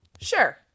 Sure